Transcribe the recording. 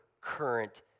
current